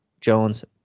Jones